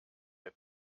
der